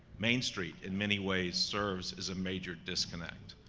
main street in many ways serves as a major disconnect,